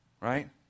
Right